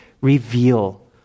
reveal